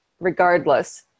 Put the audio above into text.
regardless